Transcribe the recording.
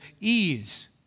ease